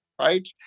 right